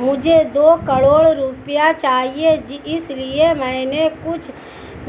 मुझे दो करोड़ रुपए चाहिए इसलिए मैंने कुछ